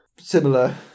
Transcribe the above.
similar